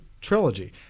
trilogy